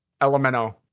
elemento